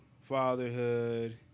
fatherhood